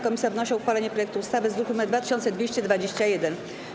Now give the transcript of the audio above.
Komisja wnosi o uchwalenie projektu ustawy z druku nr 2221.